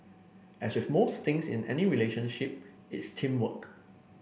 as with most things in any relationship it's teamwork